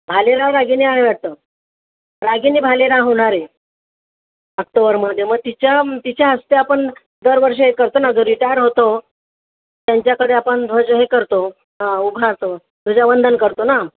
भालेराव रागिणी आहे वाटतं रागिणी भालेराव होणार आहे ऑक्टोबरमध्ये मग तिच्या तिच्या हस्ते आपण दरवर्षी हे करतो ना जो रिटायर होतो त्यांच्याकडे आपण ध्वज हे करतो उभारतो ध्वजवंदन करतो ना